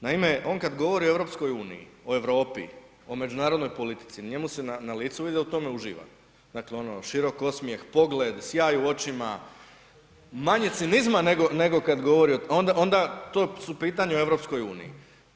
Naime, on kad govori o EU, o Europi, o međunarodnoj politici, njemu se na licu vidu da u tome uživa, dakle ono, širok osmijeh, pogled, sjaj u očima, manje cinizma nego kad govori o, onda to su pitanja o EU-i.